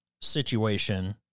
situation